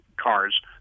cars